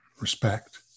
respect